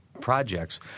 projects